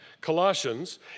Colossians